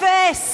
אפס